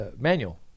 manual